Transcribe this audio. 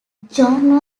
john